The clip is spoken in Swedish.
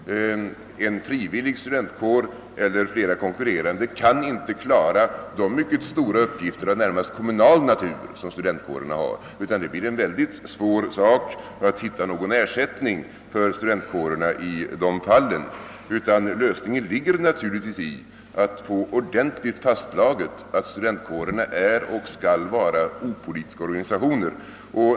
En frivillig studentkår eller flera konkurrerande kan inte klara de mycket stora uppgifter av närmast kommunal natur som studentkårerna har. Det blir en svår sak att finna någon ersättning för studentkårerna i dessa fall. Lösningen ligger naturligtvis i att få ordentligt fastslaget, att studentkårerna är och skall vara opolitiska organisationer.